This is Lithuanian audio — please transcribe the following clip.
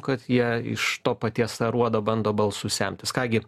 kad jie iš to paties aruodo bando balsu semtis ką gi